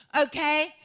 Okay